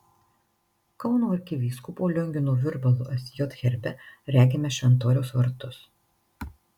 kauno arkivyskupo liongino virbalo sj herbe regime šventoriaus vartus